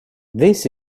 this